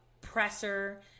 presser